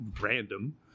random